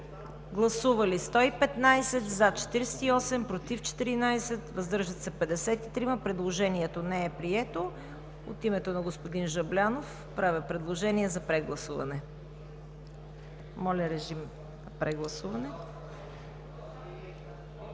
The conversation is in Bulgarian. представители: за 48, против 14, въздържали се 53. Предложението не е прието. От името на господин Жаблянов правя предложение за прегласуване. Гласували